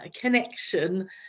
connection